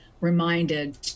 reminded